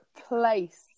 place